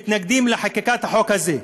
מתנגדים לחקיקת החוק הזה.